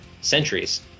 centuries